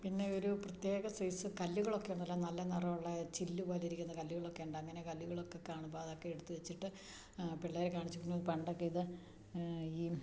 പിന്നെ ഒരു പ്രത്യേക സൈസ്സ് കല്ലുകളൊക്കൊണ്ടല്ലോ നല്ല നെറോള്ള ചില്ല് പോലിരിക്ക്ന്ന കല്ല്കളൊക്കെ ഒണ്ട് അങ്ങനെ കല്ല്കളളൊക്കെ കാണുമ്പ അതക്കെ എട്ത്ത് വെച്ചിട്ട് പിള്ളേരേ കാണിച്ചൂന്ന് പണ്ടക്കെ ഇത് ഈ